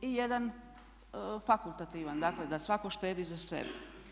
i jedan fakultativan, dakle da svatko štedi za sebe.